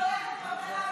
בגללך, מה אתה עכשיו,